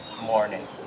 morning